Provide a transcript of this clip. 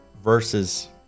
versus